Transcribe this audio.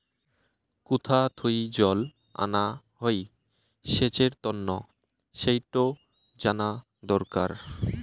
কুথা থুই জল আনা হই সেচের তন্ন সেইটো জানা দরকার